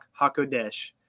HaKodesh